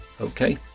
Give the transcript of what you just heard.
okay